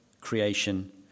creation